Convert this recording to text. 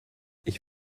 ich